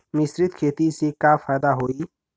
मिश्रित खेती से का फायदा होई?